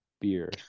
Beer